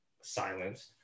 silenced